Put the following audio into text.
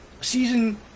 season